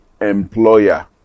employer